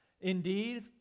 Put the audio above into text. Indeed